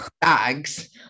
bags